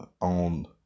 on